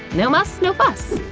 no muss, no fuss.